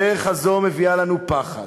הדרך הזו מביאה לנו פחד,